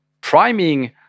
priming